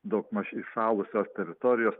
daugmaž įšalusios teritorijos